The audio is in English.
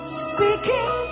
speaking